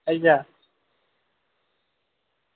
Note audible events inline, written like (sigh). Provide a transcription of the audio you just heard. (unintelligible)